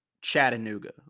Chattanooga